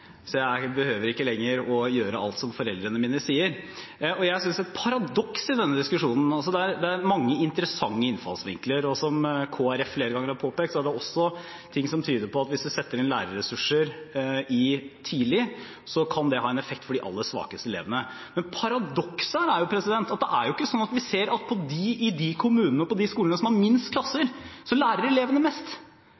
så jeg behøver ikke lenger å gjøre alt foreldrene mine sier. Det er mange interessante innfallsvinkler i denne diskusjonen, og som Kristelig Folkeparti flere ganger har påpekt, er det også ting som tyder på at hvis vi setter inn lærerressurser tidlig, kan det ha en effekt for de aller svakeste elevene. Men paradokset her er jo at det er ikke sånn at vi ser at i de kommunene og på de skolene som har minst klasser, lærer elevene mest.